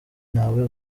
ntawe